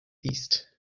east